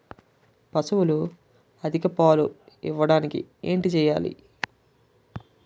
పశువులు అధిక పాలు ఇవ్వడానికి ఏంటి చేయాలి